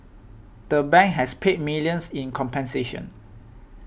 the bank has paid millions in compensation